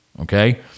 Okay